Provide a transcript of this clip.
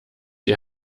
ihr